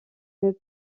mais